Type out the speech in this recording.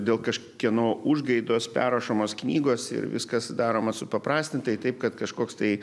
dėl kažkieno užgaidos perrašomos knygos ir viskas daroma supaprastintai taip kad kažkoks tai